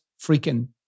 freaking